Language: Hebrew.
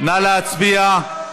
נא להצביע.